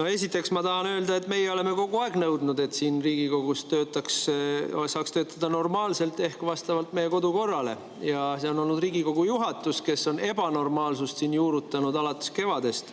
No esiteks ma tahan öelda, et meie oleme kogu aeg nõudnud, et siin Riigikogus saaks töötada normaalselt ehk vastavalt meie kodukorrale. See on olnud Riigikogu juhatus, kes on seda ebanormaalsust alates kevadest